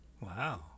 wow